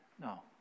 No